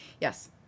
Yes